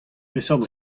peseurt